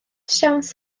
siawns